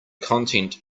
content